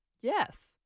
Yes